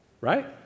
right